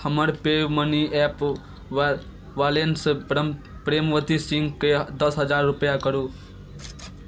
हमर PayU money app वा वालेंस प्रम प्रेमवती सिंहके दश हजार रुपआ करू